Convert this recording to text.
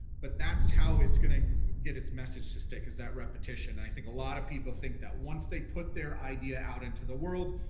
but that's how it's gonna get its message to stick, is that repetition. i think a lot of people think that once they put their idea out into the world,